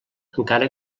encara